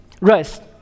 rest